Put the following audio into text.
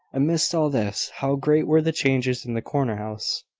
amidst all this, how great were the changes in the corner-house!